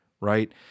right